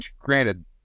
granted